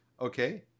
okay